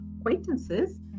acquaintances